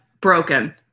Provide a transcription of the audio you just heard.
broken